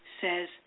says